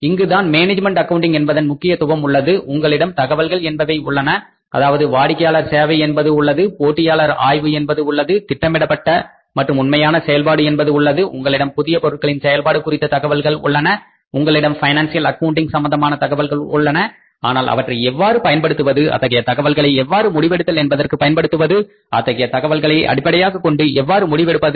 இங்குதான் management accounting என்பதன் முக்கியத்துவம் உள்ளது உங்களிடம் தகவல்கள் என்பவை உள்ளன அதாவது வாடிக்கையாளர் சேவை என்பது உள்ளது போட்டியாளர் ஆய்வு என்பது உள்ளது திட்டமிடப்பட்ட மற்றும் உண்மையான செயல்பாடு என்பது உள்ளது உங்களிடம் புதிய பொருட்களின் செயல்பாடு குறித்த தகவல்கள் உள்ளன உங்களிடம் பைனான்சியல் அக்கவுண்டிங் சம்பந்தமான தகவல்கள் உள்ளன ஆனால் அவற்றை எவ்வாறு பயன்படுத்துவது அத்தகைய தகவல்களை எவ்வாறு முடிவெடுத்தல் என்பதற்கு பயன்படுத்துவது அத்தகைய தகவல்களை அடிப்படையாகக் கொண்டு எவ்வாறு முடிவெடுப்பது